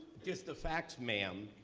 just the facts, ma'am.